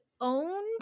owned